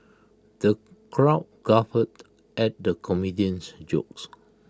the crowd guffawed at the comedian's jokes